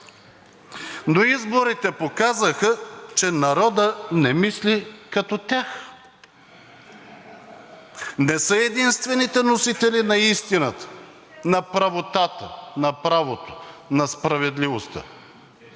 Изборите показаха, че народът не мисли като тях. Не са единствените носители на истината, на правотата, на правото, на справедливостта.